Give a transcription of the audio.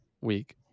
week